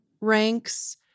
ranks